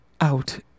out